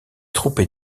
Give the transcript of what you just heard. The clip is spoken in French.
troupes